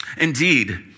Indeed